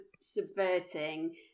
subverting